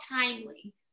timely